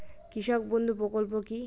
কৃষক বন্ধু প্রকল্প কি?